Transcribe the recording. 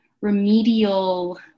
remedial